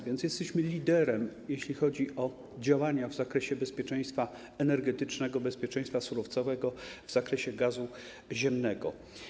A więc jesteśmy liderem, jeśli chodzi o działania w zakresie bezpieczeństwa energetycznego, bezpieczeństwa surowcowego w odniesieniu do gazu ziemnego.